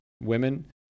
women